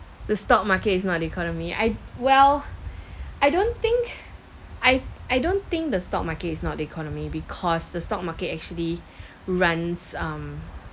the stock market is not the economy I well I don't think I I don't think the stock market is not the economy because the stock market actually runs um